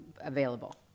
available